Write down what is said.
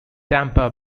tampa